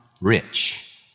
rich